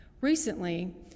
Recently